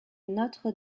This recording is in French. notre